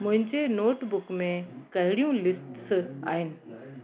मुंहिंजे नोटबुक में कहिड़ियूं लिस्ट्स आहिनि